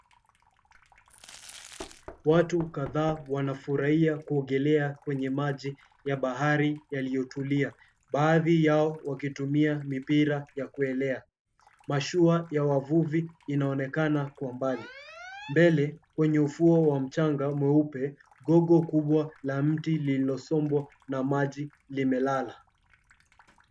Watu kadhaa wanafurahia kuogelea kwenye maji ya bahari yaliyotulia, baadhi yao wakitumia mipira ya kuelea. Mashua ya wavuvi inaonekana kwa mbali. Mbele kwenye ufuo wa mchanga mweupe, gogo kubwa la mti lililosombwa na maji limelala.